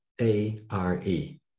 A-R-E